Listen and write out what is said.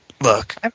Look